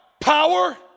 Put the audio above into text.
power